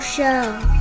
Show